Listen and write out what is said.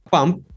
pump